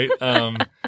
right